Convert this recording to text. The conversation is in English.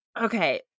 okay